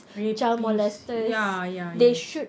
rapists ya ya yes